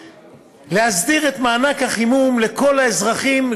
להסדיר את מענק החימום לכל האזרחים,